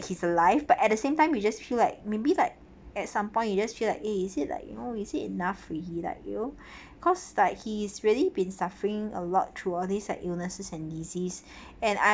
he's alive but at the same time you just feel like maybe like at some point you just feel like eh is it like you know is it enough if he like you know because like he's really been suffering a lot through all these are illnesses and disease and I